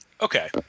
Okay